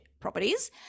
properties